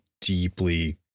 deeply